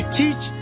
teach